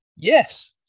Yes